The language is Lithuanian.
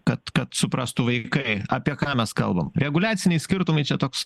kad kad suprastų vaikai apie ką mes kalbam reguliaciniai skirtumai čia toks